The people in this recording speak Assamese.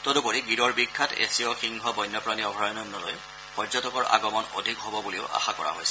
তদুপৰি গিৰৰ বিখ্যাত এছীয় সিংহ বন্যপ্ৰাণী অভয়াৰণ্যলৈ পৰ্যটকৰ আগমন অধিক হ'ব বুলিও আশা কৰা হৈছে